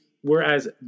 whereas